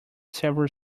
several